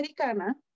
americana